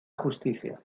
justicia